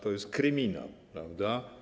To jest kryminał, prawda.